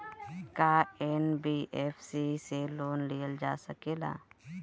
का एन.बी.एफ.सी से लोन लियल जा सकेला?